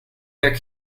their